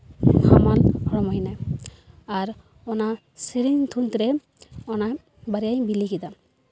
ᱦᱟᱢᱟᱞ ᱦᱚᱲᱢᱚᱭᱮᱱᱟᱭ ᱟᱨ ᱚᱱᱟ ᱥᱤᱨᱚᱢ ᱫᱷᱩᱸᱛ ᱨᱮ ᱚᱱᱟ ᱵᱟᱨᱭᱟᱭ ᱵᱤᱞᱤ ᱠᱮᱫᱟ